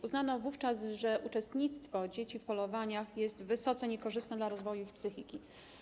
Uznano wówczas, że uczestnictwo dzieci w polowaniach jest wysoce niekorzystne dla rozwoju ich psychiki.